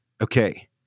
okay